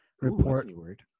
report